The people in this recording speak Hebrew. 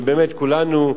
ובאמת כולנו,